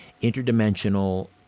interdimensional